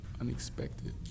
Unexpected